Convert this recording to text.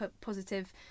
positive